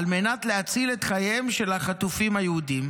על מנת להציל את חייהם של החטופים היהודים,